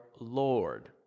Lord